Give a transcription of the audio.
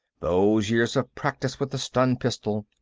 those years of practice with the stun-pistol.